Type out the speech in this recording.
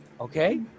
Okay